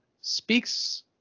Speaks